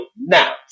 Now